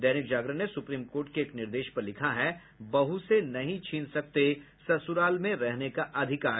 दैनिक जागरण ने supreme court के एक निर्देश पर लिखा है बहू से नहीं छीन सकते ससुराल में रहने का अधिकार